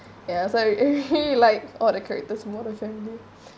ya so it really like all the character's or the family